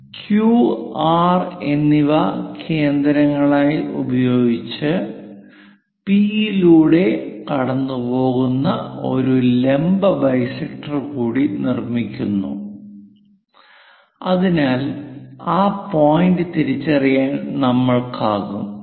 Q R എന്നിവ കേന്ദ്രങ്ങളായി ഉപയോഗിച്ച് പി യിലൂടെ കടന്നുപോകുന്ന ഒരു ലംബ ബൈസെക്ടർ കൂടി നിർമ്മിക്കുന്നു അതിനാൽ ആ പോയിന്റ് തിരിച്ചറിയാൻ നമ്മൾക്കാകും